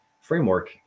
framework